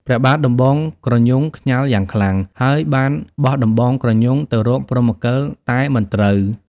ព្រះបាទដំបងក្រញូងខ្ញាល់យ៉ាងខ្លាំង ហើយបានបោះដំបងក្រញូងទៅរកព្រហ្មកិល តែមិនត្រូវ ។